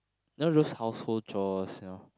know those household chores you know